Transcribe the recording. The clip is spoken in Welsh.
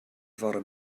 fore